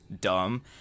Dumb